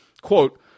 Quote